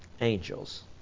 Angels